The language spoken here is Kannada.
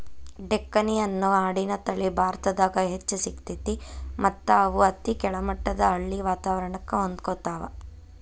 ಡೆಕ್ಕನಿ ಅನ್ನೋ ಆಡಿನ ತಳಿ ಭಾರತದಾಗ್ ಹೆಚ್ಚ್ ಸಿಗ್ತೇತಿ ಮತ್ತ್ ಇವು ಅತಿ ಕೆಳಮಟ್ಟದ ಹಳ್ಳಿ ವಾತವರಣಕ್ಕ ಹೊಂದ್ಕೊತಾವ